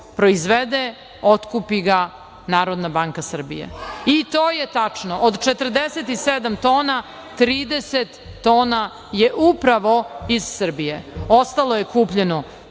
proizvede otkupi ga Narodna banka Srbije i to je tačno. Od 47 tona 30 tona je upravo iz Srbije. Ostalo je kupljeno